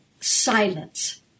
Silence